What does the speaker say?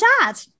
dad